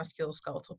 musculoskeletal